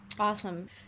Awesome